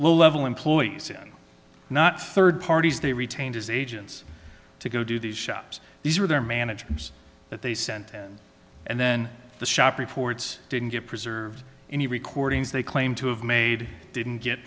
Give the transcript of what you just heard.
low level employees not third parties they retained as agents to go to these shops these were their managers that they sent and then the shop reports didn't get preserved any recordings they claim to have made didn't get